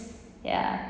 ya